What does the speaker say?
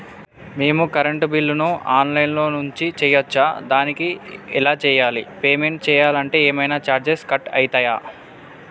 మేము కరెంటు బిల్లును online నుంచి చేయచ్చా? దానికి ఎలా చేయాలి? పేమెంట్ చేయాలంటే ఏమైనా చార్జెస్ కట్ అయితయా?